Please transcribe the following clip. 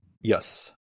Yes